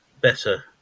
better